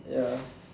ya